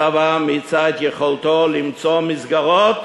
הצבא מיצה את יכולתו למצוא מסגרות